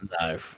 no